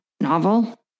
novel